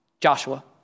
Joshua